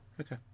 Okay